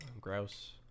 grouse